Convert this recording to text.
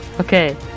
Okay